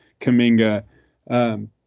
Kaminga